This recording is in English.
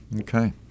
okay